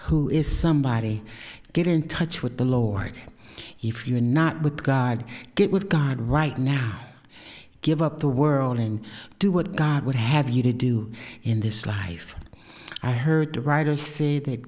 who is somebody get in touch with the lord if you are not with god get with god right now give up the world and do what god would have you to do in this life i heard the writer say that